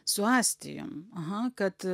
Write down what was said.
su astijum aha kad